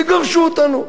תגרשו אותנו.